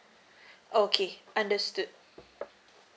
okay understood